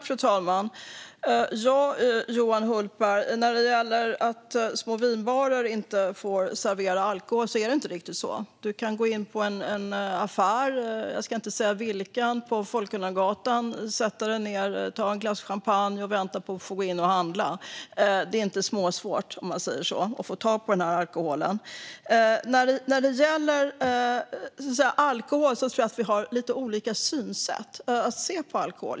Fru talman! Johan Hultberg! Det är inte riktigt så att små vinbarer inte får servera alkohol. Man kan gå in i en affär - jag ska inte säga vilken - på Folkungagatan, sätta sig ned, ta ett glas champagne och vänta på att få gå in och handla. Det är inte ens småsvårt att få tag på alkohol. När det gäller alkohol tror jag att vi har lite olika synsätt.